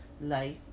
life